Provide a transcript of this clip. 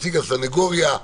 נציג הסנגוריה,